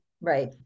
Right